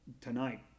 Tonight